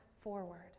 forward